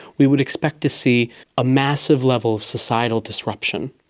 we would expect to see a massive level of societal disruption.